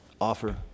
offer